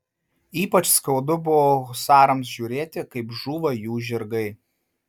ypač skaudu buvo husarams žiūrėti kaip žūva jų žirgai